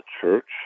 Church